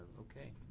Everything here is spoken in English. okay.